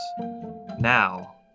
now